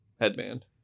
headband